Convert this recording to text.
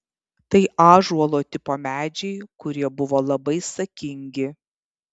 tai ąžuolo tipo medžiai kurie buvo labai sakingi